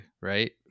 right